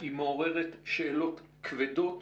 היא מעוררת שאלות כבדות.